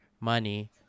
money